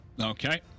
Okay